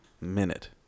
minute